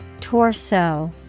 Torso